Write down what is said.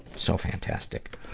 so fantastic.